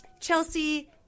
Chelsea